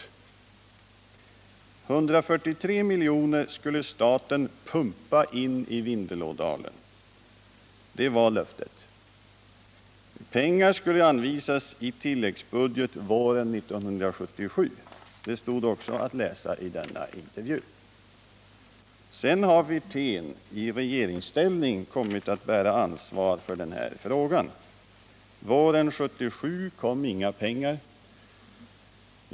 143 milj.kr. skulle staten pumpa in i Vindelådalen. Det var löftet. Pengar skulle anvisas på tilläggsbudget våren 1977. Det stod också att läsa i denna intervju. Sedan har Rolf Wirtén i regeringsställning kommit att bära ansvaret för den här frågan. Våren 1977 kom inga pengar.